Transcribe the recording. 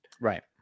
Right